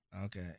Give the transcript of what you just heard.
Okay